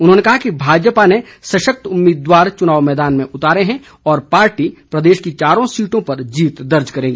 उन्होंने कहा कि भाजपा ने सशक्त उम्मीदवार चुनाव मैदान में उतारे हैं और पार्टी प्रदेश की चारों सीटों पर जीत दर्ज करेगी